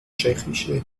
tschechische